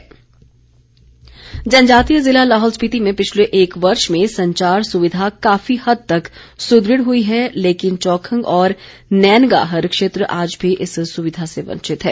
संचार सुविधा जनजातीय ज़िला लाहौल स्पीति में पिछले एक वर्ष में संचार सुविधा काफी हद तक सुदृढ़ हुई है लेकिन चौखंग और नैनगाहर क्षेत्र आज भी इस सुविधा से वंचित हैं